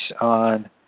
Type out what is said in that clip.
On